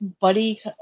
buddy